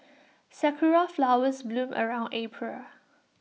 Sakura Flowers bloom around April